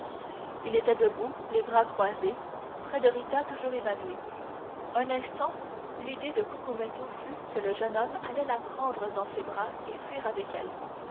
il était debout les bras croisés près de rita toujours évanouie un instant l'idée de cucumetto fut que le jeune homme allait la prendre dans ses bras et fuir avec elle